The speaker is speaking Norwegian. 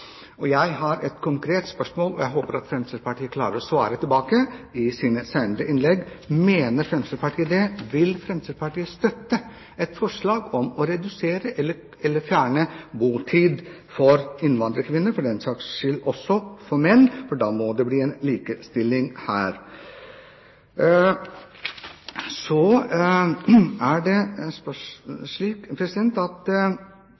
jeg håper Fremskrittspartiet klarer å svare på i sine senere innlegg: Mener Fremskrittspartiet det? Vil Fremskrittspartiet støtte et forslag om å redusere eller fjerne botid for innvandrerkvinner – for den saks skyld også for menn, for da må det bli likestilling her? Jeg tror svaret kommer til å bli nei. Da opplever vi at det er dobbeltkommunikasjon. I så fall er ikke det